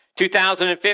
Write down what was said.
2015